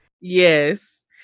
yes